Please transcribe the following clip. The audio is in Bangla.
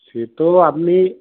সেতো আপনি